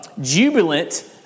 jubilant